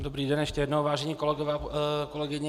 Dobrý den ještě jednou, vážení kolegové a kolegyně.